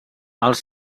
els